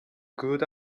good